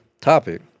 topic